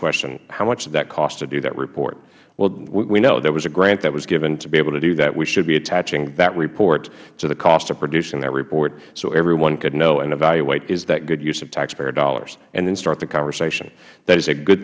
question how much did that cost to do that report well we know there was a grant that was given to be able to do that we should be attaching that report to the cost of producing that report so everyone could know and evaluate is that good use of taxpayer dollars and instruct the conversation that is a good